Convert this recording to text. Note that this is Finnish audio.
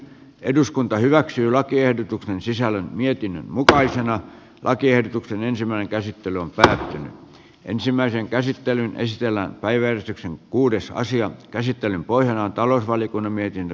eduskunta hyväksyi lakiehdotuksen sisällön mietinnön mukaisena lakiehdotuksen ensimmäinen käsittely on pysähtynyt ensimmäisen käsittelyn estellä päivystyksen kuudessa asian käsittelyn pohjana on talousvaliokunnan mietintö